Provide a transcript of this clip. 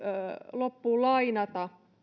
loppuun lainata